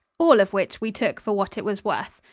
all of which we took for what it was worth.